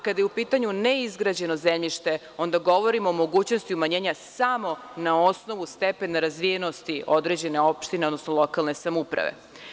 Kada je u pitanju neizgrađeno zemljište, onda govorimo o mogućnosti umanjenja samo na osnovu stepena razvijenosti određene opštine, odnosno lokalne samouprave.